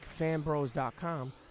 FanBros.com